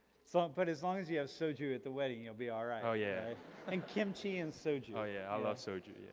so but as long as you have soju at the wedding, you'll be alright? oh yeah and kimchi and soju. i yeah love soju, yeah.